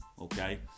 okay